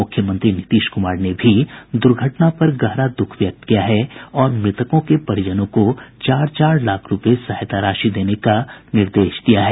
मुख्यमंत्री नीतीश कुमार ने भी दुर्घटना पर गहरा दुःख व्यक्त किया है और मृतकों के परिजनों को चार चार लाख रूपये सहायता राशि देने का निर्देश दिया है